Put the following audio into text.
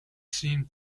seemed